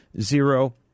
zero